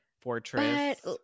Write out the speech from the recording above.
fortress